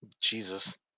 Jesus